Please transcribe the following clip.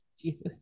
Jesus